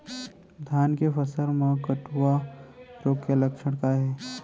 धान के फसल मा कटुआ रोग के लक्षण का हे?